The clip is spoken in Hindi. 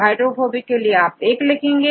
हाइड्रोफोबिक के लिए आप1 लिखेंगे